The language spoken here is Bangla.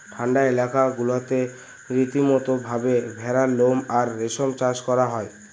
ঠান্ডা এলাকা গুলাতে রীতিমতো ভাবে ভেড়ার লোম আর রেশম চাষ করা হয়